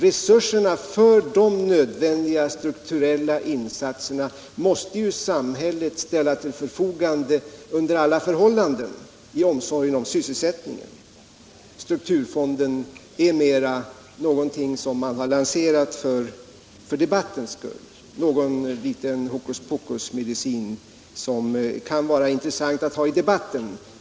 Resurserna för de nödvändiga strukturella insatserna måste samhället ställa till förfogande under alla förhållanden i omsorgen om sysselsättningen. Strukturfonden är mera någonting som man har lanserat för debattens skull, en hokuspokusmedicin som kan vara intressant att ha i debatten.